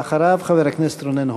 ואחריו, חבר הכנסת רונן הופמן.